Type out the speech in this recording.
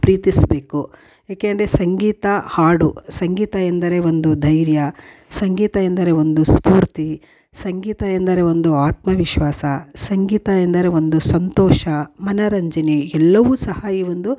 ಪ್ರೀತಿಸಬೇಕು ಯಾಕಂದ್ರೆ ಸಂಗೀತ ಹಾಡು ಸಂಗೀತ ಎಂದರೆ ಒಂದು ಧೈರ್ಯ ಸಂಗೀತ ಎಂದರೆ ಒಂದು ಸ್ಪೂರ್ತಿ ಸಂಗೀತ ಎಂದರೆ ಒಂದು ಆತ್ಮವಿಶ್ವಾಸ ಸಂಗೀತ ಎಂದರೆ ಒಂದು ಸಂತೋಷ ಮನರಂಜನೆ ಎಲ್ಲವೂ ಸಹ ಈ ಒಂದು